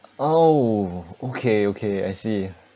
oh okay okay I see